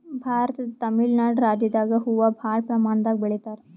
ಭಾರತದ್ ತಮಿಳ್ ನಾಡ್ ರಾಜ್ಯದಾಗ್ ಹೂವಾ ಭಾಳ್ ಪ್ರಮಾಣದಾಗ್ ಬೆಳಿತಾರ್